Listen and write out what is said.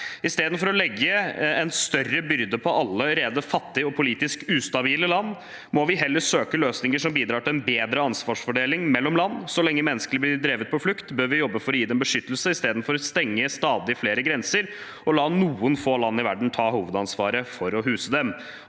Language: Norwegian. I stedet for å legge en større byrde på allerede fattige og politisk ustabile land må vi heller søke løsninger som bidrar til en bedre ansvarsfordeling mellom land. Så lenge mennesker blir drevet på flukt, bør vi jobbe for å gi dem beskyttelse i stedet for å stenge stadig flere grenser og la noen få land i verden ta hovedansvaret for å huse dem.»